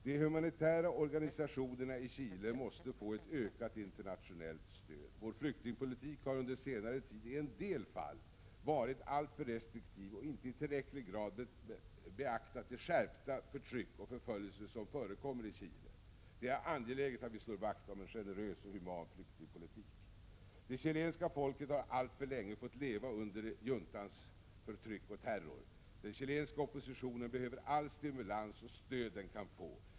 De humanitära organisationerna i Chile måste få ett ökat internationellt stöd. Vår flyktingpolitik har under senare tid i en del fall varit alltför restriktiv, och man har inte i tillräcklig grad beaktat det skärpta förtryck och den förföljelse som förekommer i Chile. Det är angeläget att vi slår vakt om en generös och human flyktingpolitik. Det chilenska folket har alltför länge fått leva under juntans förtryck och terror. Den chilenska oppositionen behöver all stimulans och allt stöd den kan få.